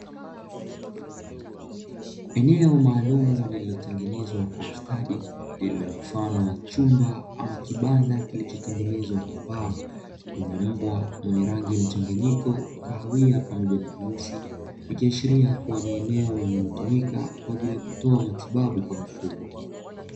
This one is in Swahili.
Eneo maalumu lililotengenezwa kwa ustadi lililo mfano wa chumba ama kibanda kilichotengenezwa kwa mbao, lenye mbwa wa rangi mchanganyiko kahawia pamoja na nyeusi ikiashiria kuwa ni eneo linalotumika kwa ajili ya kutoa matibabu kwa mifugo.